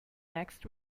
next